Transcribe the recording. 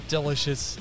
Delicious